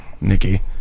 Nikki